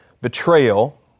betrayal